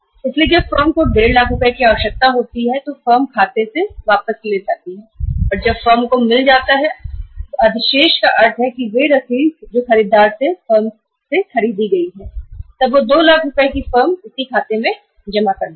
इसलिए जब फर्म को 15 लाख रुपए की आवश्यकता होती है फर्म खाते से निकाल लेती है और जब फर्म को अधिक राशि खरीदार से वापस मिल जाती है तब वह 2 लाख रुपए फर्म उसी खाते में जमा कराएगी